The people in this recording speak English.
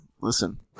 Listen